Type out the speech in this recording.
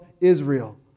Israel